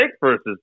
versus